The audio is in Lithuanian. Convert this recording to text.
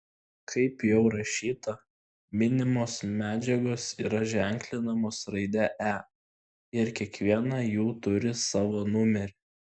kaip jau rašyta minimos medžiagos yra ženklinamos raide e ir kiekviena jų turi savo numerį